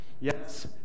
yes